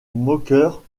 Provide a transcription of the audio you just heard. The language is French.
moqueur